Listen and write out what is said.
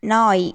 நாய்